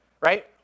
right